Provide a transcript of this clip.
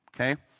okay